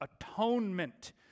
atonement